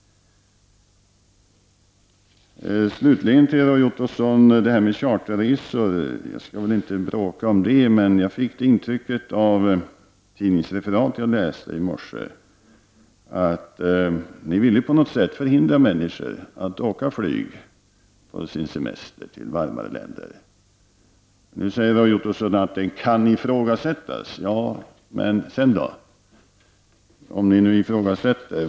Slutligen något om charterresorna, Roy Ottosson. Jag skall inte bråka om den saken. Men av ett tidningsreferat som jag läste i morse fick jag ett intryck av att ni på något sätt vill hindra människor att på sin semester till varmare länder ta flyget. Nu säger Roy Ottosson att detta kan i frågasättas. Ja, men vad är det då som gäller?